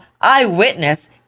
eyewitness